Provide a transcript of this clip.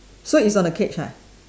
so it's on the cage ah